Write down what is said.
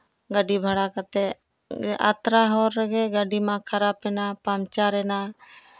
ᱜᱟᱹᱰᱤ ᱵᱷᱟᱲᱟ ᱠᱟᱛᱮᱫ ᱟᱛᱨᱟ ᱦᱚᱨ ᱨᱮᱜᱮ ᱜᱟᱹᱰᱤ ᱢᱟ ᱠᱷᱟᱨᱟᱯ ᱮᱱᱟ ᱯᱟᱢᱪᱟᱨ ᱮᱱᱟ